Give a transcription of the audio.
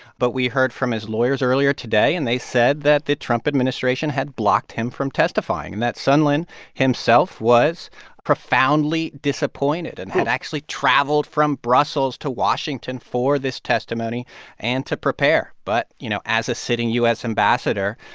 but we heard from his lawyers earlier today, and they said that the trump administration had blocked him from testifying and that sondland himself was profoundly disappointed and had actually traveled from brussels to washington for this testimony and to prepare. but, you know, as a sitting u s. ambassador,